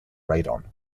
radon